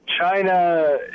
China